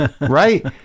right